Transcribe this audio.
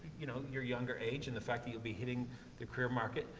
you know, your younger age, and the fact that you'll be hitting the career market.